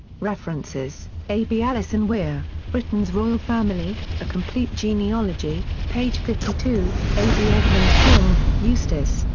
references a b alison weir, britain's royal family a complete genealogy, page fifty two a b edmund king, eustace,